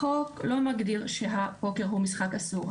החוק לא מגדיר שהפוקר הוא משחק אסור.